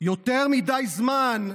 יותר מדי זמן,